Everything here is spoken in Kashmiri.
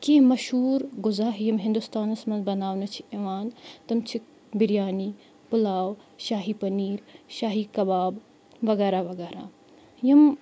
کینٛہہ مشہوٗر غذا یِم ہِندُستانَس منٛز بَناونہٕ چھِ یِوان تٕم چھِ بِریانی پُلاو شاہی پٔنیٖر شاہی کَباب وغیرہ وغیرہ یِم